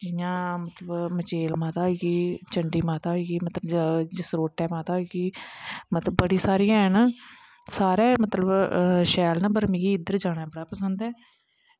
जियां मचेल माता होई गेई चण्डी माता होई मतलव जसरोटै माता होई गेई मतलव बड़ियां सारियां हैंन सारै मतलव शैल न मगर मिगी इदिदर जाना बढ़ा पसंद ऐ